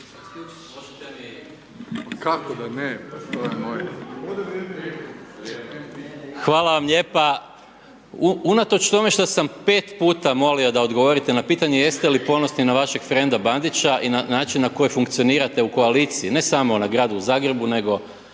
Hvala vam lijepa. Unatoč tome što sam pet puta molio da odgovorio na pitanje jeste li ponosni na vašeg frenda Bandića i na način na koji funkcionirate u koaliciji ne samo na gradu Zagrebu nego